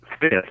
fifth